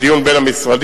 גם בדיון בין המשרדים,